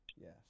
Yes